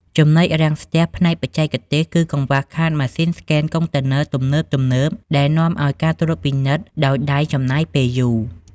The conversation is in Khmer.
ចំណុចរាំងស្ទះផ្នែកបច្ចេកទេស គឺកង្វះខាតម៉ាស៊ីនស្កេនកុងតឺន័រទំនើបៗ ដែលនាំឱ្យការត្រួតពិនិត្យដោយដៃចំណាយពេលយូរ។